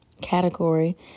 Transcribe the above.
category